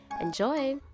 Enjoy